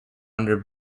under